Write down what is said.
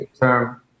term